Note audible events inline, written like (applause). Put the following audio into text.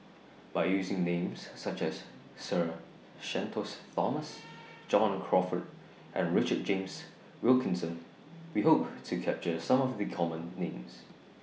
By using Names such as Sir Shenton's Thomas (noise) John Crawfurd and Richard James Wilkinson We Hope to capture Some of The Common Names